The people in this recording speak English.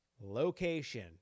location